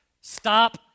Stop